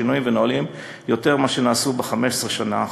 שינויים ונהלים יותר מאשר ב-15 השנים האחרונות.